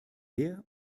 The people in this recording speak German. her